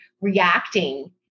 reacting